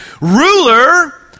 ruler